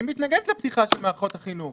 היא מתנגדת לפתיחה של מערכות החינוך.